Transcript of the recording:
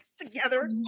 together